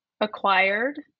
acquired